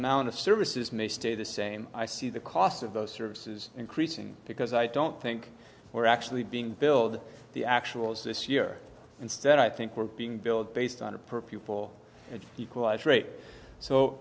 amount of services may stay the same i see the cost of those services increasing because i don't think we're actually being billed the actual us this year instead i think we're being billed based on a per pupil equalize rate so